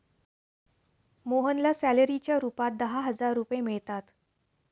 मोहनला सॅलरीच्या रूपात दहा हजार रुपये मिळतात